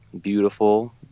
beautiful